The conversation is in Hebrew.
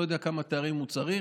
אני לא יודע כמה תארים הוא צריך: